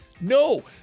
No